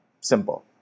Simple